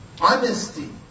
honesty